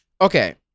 okay